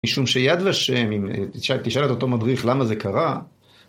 משום שיד ושם, אם תשאל את אותו מדריך למה זה קרה